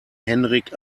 henrik